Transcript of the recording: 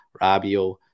Rabio